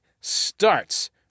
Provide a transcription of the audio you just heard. starts